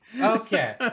Okay